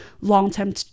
long-term